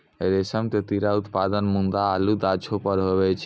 रेशम के कीड़ा उत्पादन मूंगा आरु गाछौ पर हुवै छै